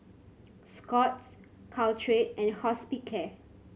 Scott's Caltrate and Hospicare